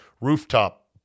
rooftop